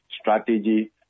strategy